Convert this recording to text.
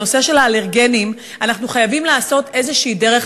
בנושא של האלרגנים אנחנו חייבים לעשות איזושהי דרך.